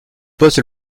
poste